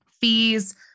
fees